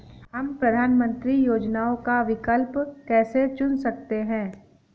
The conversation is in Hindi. हम प्रधानमंत्री योजनाओं का विकल्प कैसे चुन सकते हैं?